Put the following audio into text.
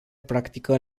practică